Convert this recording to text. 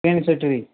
तीन सीटर ही